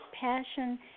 passion